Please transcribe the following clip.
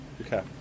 Okay